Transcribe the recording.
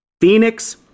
Phoenix